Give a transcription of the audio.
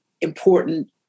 important